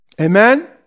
Amen